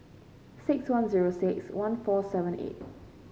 six one zero six one four seven eight